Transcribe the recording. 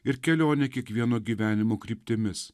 ir kelionė kiekvieno gyvenimo kryptimis